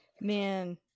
Man